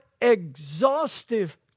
exhaustive